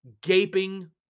gaping